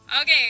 Okay